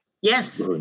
Yes